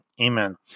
amen